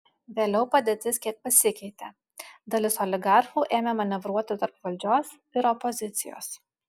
vėliau padėtis kiek pasikeitė dalis oligarchų ėmė manevruoti tarp valdžios ir opozicijos